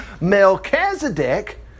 Melchizedek